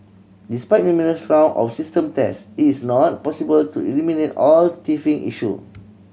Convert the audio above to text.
despite numerous round of system test it is not possible to eliminate all teething issue